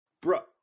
Bro